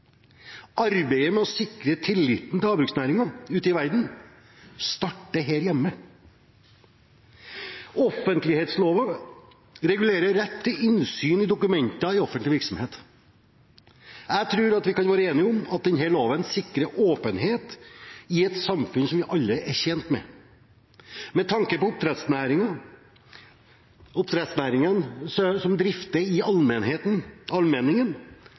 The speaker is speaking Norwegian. Arbeidet med å sikre tilliten til havbruksnæringen ute i verden starter her hjemme. Offentlighetsloven regulerer rett til innsyn i dokumenter i offentlig virksomhet. Jeg tror at vi kan være enige om at denne loven sikrer en åpenhet i et samfunn som vi alle er tjent med. Med tanke på at oppdrettsnæringen drifter i allmenningen,